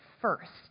first